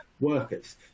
workers